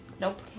Nope